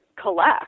collect